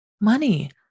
money